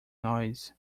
noise